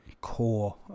core